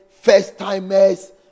first-timers